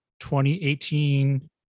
2018